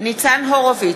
ניצן הורוביץ,